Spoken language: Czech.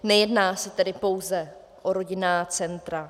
Nejedná se tedy pouze o rodinná centra.